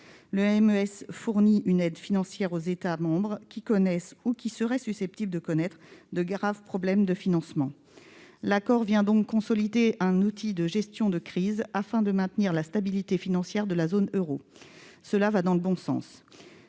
Le MES fournit une aide financière aux États membres qui connaissent, ou qui seraient susceptibles de connaître, de graves problèmes de financement. L'accord vient donc consolider un outil de gestion de crise, qui contribue à maintenir la stabilité financière de la zone euro. Cette mesure va dans le bon sens.